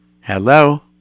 Hello